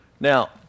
Now